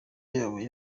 y’abo